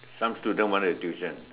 some student want to tuition